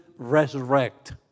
resurrect